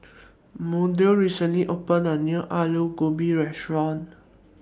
Maudie recently opened A New Alu Gobi Restaurant